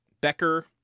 Becker